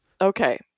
Okay